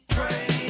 Train